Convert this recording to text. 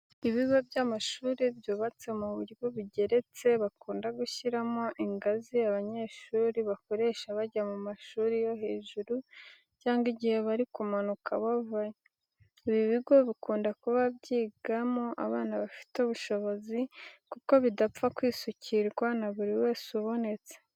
Ibigo by'amashuri byubatse mu buryo bugeretse bakunda gushyiramo ingazi abanyeshuri bakoresha bajya mu mashuri yo hejuru cyangwa igihe bari kumanuka bavayo. Ibi bigo bikunda kuba byigamo abana bafite ubushobozi kuko bidapfa kwisukirwa na buri wese ubonetse.